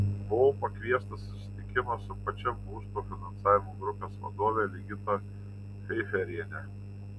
buvau pakviestas į susitikimą su pačia būsto finansavimo grupės vadove ligita feiferiene